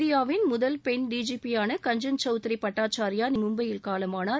இந்தியாவின் முதல் பெண் டிஜிபியான கஞ்சன் சவுத்ரி பட்டாச்சார்யா மும்பையில் காலமானார்